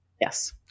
yes